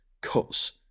cuts